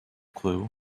clue